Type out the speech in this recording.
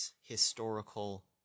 historical